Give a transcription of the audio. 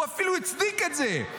הוא אפילו הצדיק את זה.